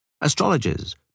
Astrologers